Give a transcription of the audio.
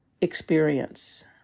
experience